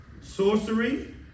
sorcery